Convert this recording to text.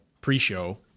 pre-show